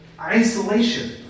Isolation